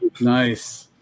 nice